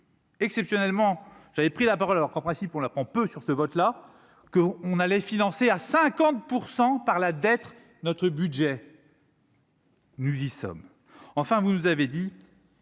Exceptionnellement, j'avais pris la parole, alors qu'en principe pour la pompe sur ce vote là que on allait financer à 50 % par là d'être notre budget. Nous y sommes, enfin, vous nous avez dit.